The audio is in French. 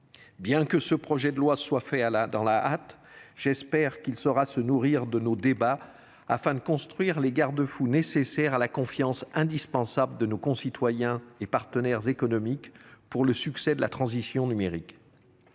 Bien que ce projet de loi ait été rédigé dans la hâte, j’espère qu’il pourra se nourrir de nos débats afin de construire les garde fous nécessaires à la confiance indispensable de nos concitoyens et partenaires économiques pour le succès de la transition numérique.